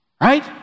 Right